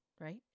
right